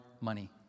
money